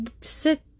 sit